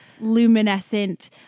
luminescent